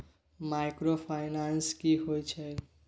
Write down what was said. Microfinance की होय छै?